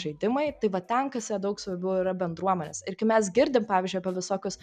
žaidimai tai vat ten kas yra daug svarbiau yra bendruomenės ir kai mes girdim pavyzdžiui apie visokius